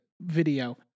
video